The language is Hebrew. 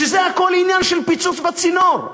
זה הכול עניין של פיצוץ בצינור.